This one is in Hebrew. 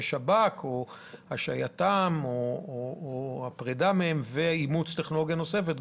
השב"כ או השהייתם או פרידה מהם ואימוץ טכנולוגיה נוספת,